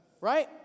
Right